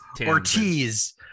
ortiz